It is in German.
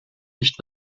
nicht